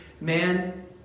man